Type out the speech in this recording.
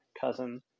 cousin